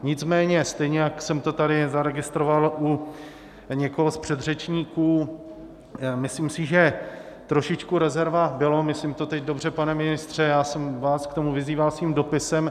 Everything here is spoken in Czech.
Nicméně stejně jak jsem to tady zaregistroval u někoho z předřečníků, myslím si, že trošičku rezerva bylo myslím to teď dobře, pane ministře, já jsem vás k tomu vyzýval svým dopisem.